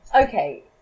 okay